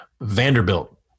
Vanderbilt